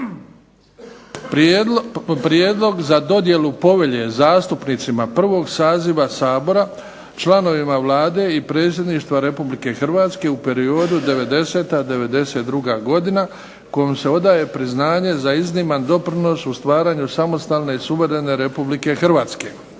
Prijedlog za dodjelu povelje zastupnicima 1. saziva Sabora, članovima Vlade i Predsjedništva Republike Hrvatske u periodu '90.-'92. godina kojom se odaje priznanje za izniman doprinos u stvaranju samostalne i suverene Republike Hrvatske.